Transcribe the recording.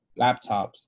laptops